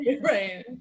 right